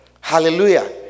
Hallelujah